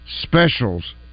specials